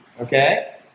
Okay